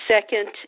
second